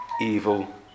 evil